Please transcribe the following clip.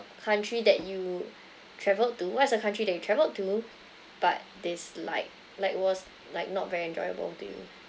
country that you travelled to what is the country that you travelled to but this like like it was like not very enjoyable to you